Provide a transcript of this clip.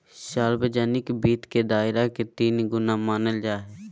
सार्वजनिक वित्त के दायरा के तीन गुना मानल जाय हइ